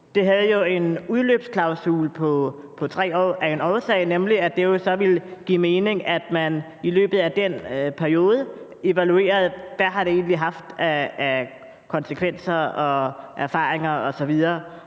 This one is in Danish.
Det havde jo en udløbsklausul på 3 år af en årsag, nemlig at det så ville give mening, at man i løbet af den periode evaluerede, hvad det egentlig har haft af konsekvenser, hvad der er